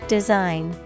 Design